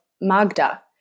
Magda